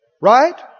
Right